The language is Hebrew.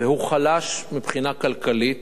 והוא חלש מבחינה כלכלית,